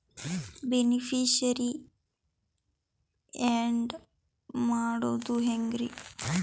Beneficiary, add ಮಾಡೋದು ಹೆಂಗ್ರಿ?